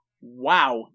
wow